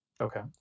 Okay